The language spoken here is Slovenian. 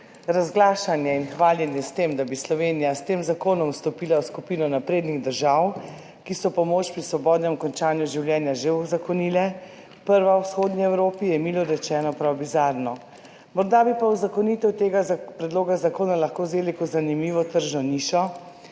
»Razglašanje in hvaljenje s tem, da bi Slovenija s tem zakonom vstopila v skupino naprednih držav, ki so pomoč pri svobodnem končanju življenja že uzakonile, prva v Vzhodni Evropi, je milo rečeno prav bizarno. Morda bi pa uzakonitev tega predloga zakona lahko vzeli kot zanimivo »tržno nišo«,